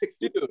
Dude